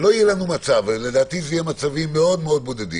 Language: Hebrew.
שלא יהיה מצב ולדעתי אלה יהיו מצבים בודדים